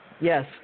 Yes